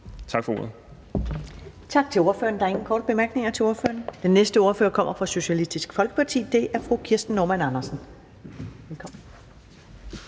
Ellemann): Tak til ordføreren. Der er ingen korte bemærkninger til ordføreren. Den næste ordfører kommer fra Socialistisk Folkeparti, og det er fru Kirsten Normann Andersen. Velkommen.